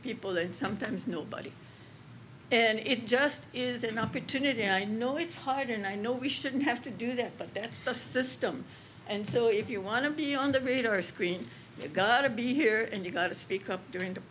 people and sometimes nobody and it just is an opportunity i know it's hard and i know we shouldn't have to do that but that's the system and so if you want to be on the radar screen you've got to be here and you've got to speak up during the